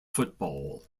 football